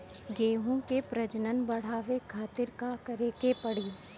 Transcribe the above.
गेहूं के प्रजनन बढ़ावे खातिर का करे के पड़ी?